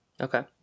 Okay